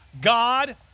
God